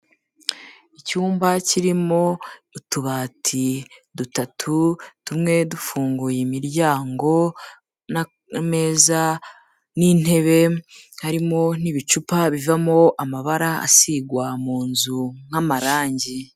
Icyumba kirimo utubati dutatu, tumwe dufunguye imiryango n'ameza n'intebe, harimo n'ibicupa bivamo amabara asigwa mu nzu nk'amarangi.